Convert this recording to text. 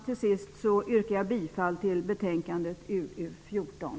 Jag yrkar bifall till hemställan i betänkandet UU14.